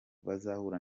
bazahura